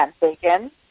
bacon